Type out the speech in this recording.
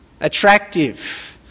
attractive